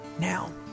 now